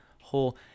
whole